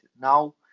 Now